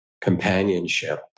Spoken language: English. Companionship